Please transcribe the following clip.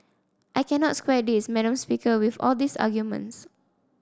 I cannot square this madam speaker with all these arguments